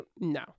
no